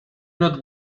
not